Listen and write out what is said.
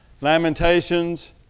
Lamentations